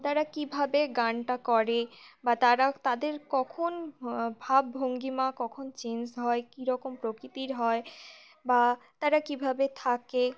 তারা কীভাবে গানটা করে বা তারা তাদের কখন ভাবভঙ্গিমা কখন চেঞ্জ হয় কীরকম প্রকৃতির হয় বা তারা কীভাবে থাকে